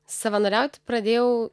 savanoriauti pradėjau